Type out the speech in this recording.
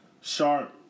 Sharp